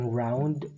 round